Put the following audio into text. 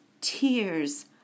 tears